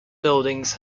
buildings